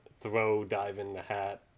throw-dive-in-the-hat